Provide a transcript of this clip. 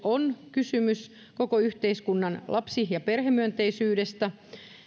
on kysymys koko yhteiskunnan lapsi ja perhemyönteisyydestä